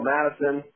Madison